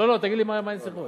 לא, תגיד לי מה אני צריך עוד.